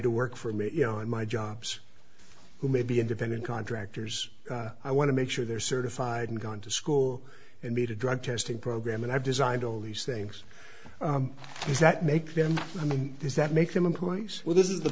to work for me you know in my jobs who may be independent contractors i want to make sure they're certified and gone to school and meet a drug testing program and i've designed all these things does that make them i mean does that make them employees well th